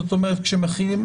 זאת אומרת כשמחילים.